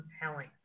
compelling